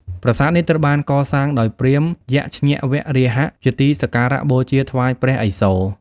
ប្រាសាទនេះត្រូវបានកសាងដោយព្រាហ្មណ៍យជ្ញវរាហៈ ជាទីសក្ការៈបូជាថ្វាយព្រះឥសូរ។